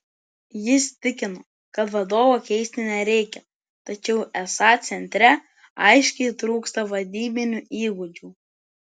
jis tikino kad vadovo keisti nereikia tačiau esą centre aiškiai trūksta vadybinių įgūdžių